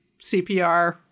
CPR